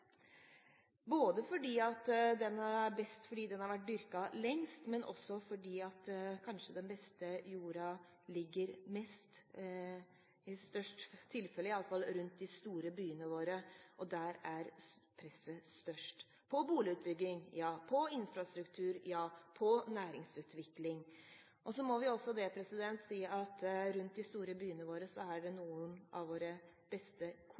både fordi den er best fordi den har vært dyrket lengst, og også fordi den kanskje beste jorden i de fleste tilfeller ligger rundt de store byene våre. Der er presset størst – på boligutbygging, på infrastruktur, på næringsutvikling. Til det må vi også si at rundt de store byene våre ligger noen av våre beste